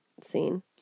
scene